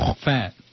fat